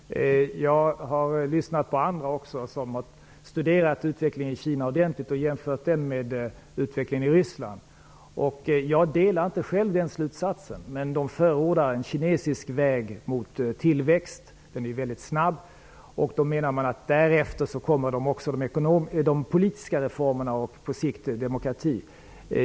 Herr talman! Jag är tacksam för lektioner som jag får av statsministern, också om Kina. Jag har lyssnat också på andra som har studerat utvecklingen i Kina ordentligt och jämfört den med utvecklingen i Ryssland. Jag delar inte själv deras slutsatser, men de förordar en kinesisk väg mot en tillväxt som är mycket snabb. De menar att därefter kommer de politiska reformerna och på sikt demokrati.